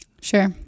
Sure